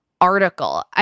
article